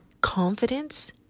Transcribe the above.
confidence